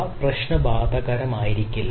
അവ പ്രശ്നബാധകരമായിരിക്കില്ല